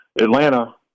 Atlanta